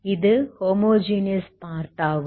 இது homogeneous part ஆகும்